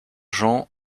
jean